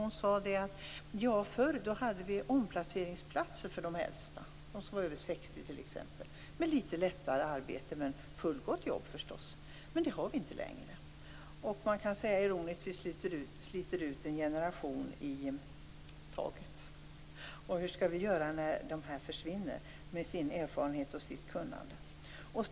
Hon sade att det förr fanns omplaceringsplatser för de äldsta, de som t.ex. var över 60 år, med litet lättare arbetsuppgifter - men fullgott arbete. Det finns inte längre. En generation i taget slits ut. Hur skall vi göra när dessa försvinner med erfarenhet och kunnande?